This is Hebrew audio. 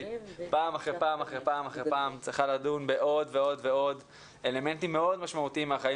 פעם אחרי פעם צריכה לדון בעוד ועוד אלמנטים מאוד משמעותיים מהחיים